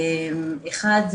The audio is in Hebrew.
אחת,